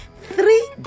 three